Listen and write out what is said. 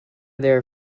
there